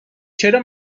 چرا